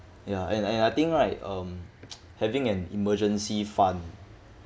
ya and and I think right um having an emergency fund